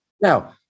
Now